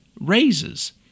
raises